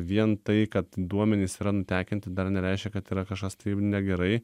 vien tai kad duomenys yra nutekinti dar nereiškia kad yra kažkas taip negerai